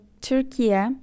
Turkey